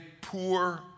poor